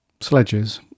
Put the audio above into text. sledges